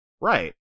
right